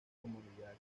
comodidad